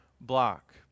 block